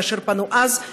כאשר פנו אז,